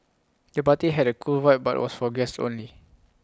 the party had A cool vibe but was for guests only